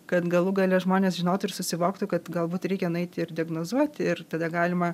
kad galų gale žmonės žinotų ir susivoktų kad galbūt reikia nueiti ir diagnozuoti ir tada galima